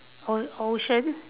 o~ ocean